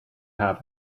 have